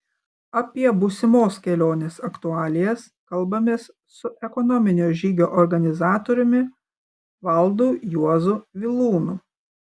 apie būsimos kelionės aktualijas kalbamės su ekonominio žygio organizatoriumi valdu juozu vilūnu